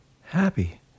happy